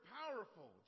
powerful